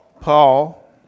Paul